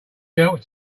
helps